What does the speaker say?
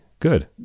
Good